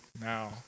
now